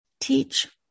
teach